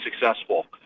successful